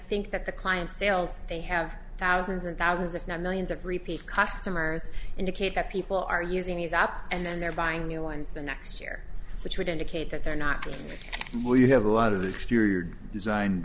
think that the clients sales they have thousands and thousands if not millions of repeat customers indicate that people are using these up and then they're buying new ones the next year which would indicate that they're not going to have a lot of the exterior design